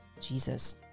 Jesus